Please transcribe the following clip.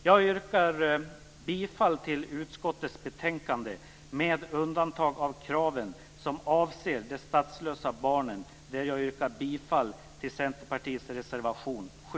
Jag yrkar bifall till utskottets hemställan, med undantag för kraven som avser de statslösa barnen där jag yrkar bifall till Centerpartiets reservation nr 7.